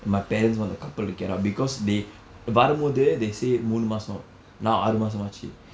my parents want the couple to get out because they வரபோது:varapoothu they say மூன்று மாதம்:muundru maatham now ஆறு மாதம் ஆகிவிட்டது:aaru maatham aakivittathu